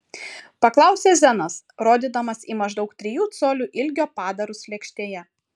paklausė zenas rodydamas į maždaug trijų colių ilgio padarus lėkštėje